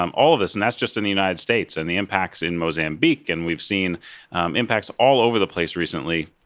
um all of this, and that's just in the united states. and the impacts in mozambique, and we've seen impacts all over the place recently.